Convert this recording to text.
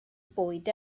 bwyd